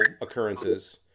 occurrences